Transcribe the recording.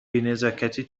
بینزاکتی